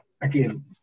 again